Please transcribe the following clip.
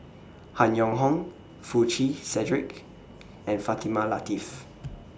Han Yong Hong Foo Chee Cedric and Fatimah Lateef